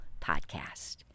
podcast